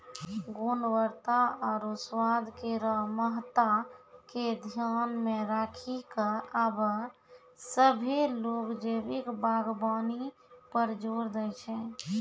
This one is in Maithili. गुणवत्ता आरु स्वाद केरो महत्ता के ध्यान मे रखी क आबे सभ्भे लोग जैविक बागबानी पर जोर दै छै